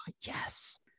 yes